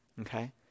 Okay